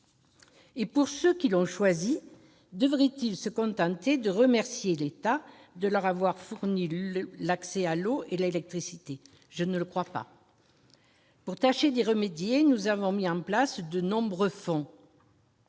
Quant à ceux qui ont choisi d'y vivre, devraient-ils se contenter de remercier l'État de leur avoir fourni l'accès à l'eau et à l'électricité ? Je ne le crois pas. Pour tâcher de remédier à cette situation, nous avons mis en place de nombreux fonds,